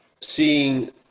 seeing